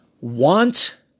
want